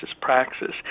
praxis